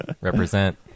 Represent